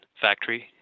factory